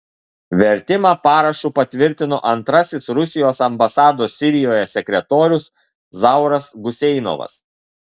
vertimą parašu patvirtino antrasis rusijos ambasados sirijoje sekretorius zauras guseinovas